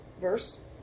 verse